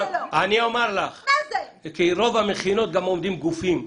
גם אחרי רוב המכינות עומדים גופים גדולים.